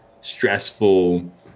stressful